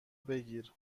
بگیر